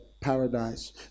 paradise